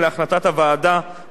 גם הארכת מסלול הקו.